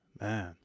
Man